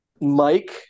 Mike